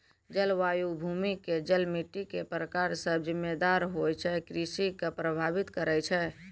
जलवायु, भूमि के जल, मिट्टी के प्रकार सब जिम्मेदार होय छै कृषि कॅ प्रभावित करै मॅ